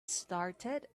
started